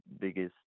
biggest